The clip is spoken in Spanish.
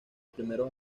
primeros